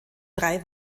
drei